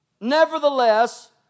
Nevertheless